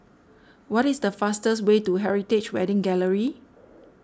what is the fastest way to Heritage Wedding Gallery